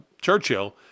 Churchill